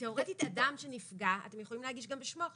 תיאורטית אדם שנפגע, אתם יכולים להגיש גם בשמו.